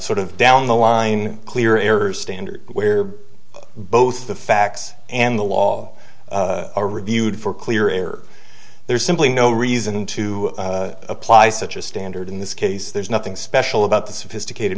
sort of down the line clear errors standard where both the facts and the law are reviewed for clear error there's simply no reason to apply such a standard in this case there's nothing special about the sophisticated